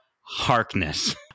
Harkness